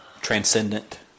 transcendent